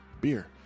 beer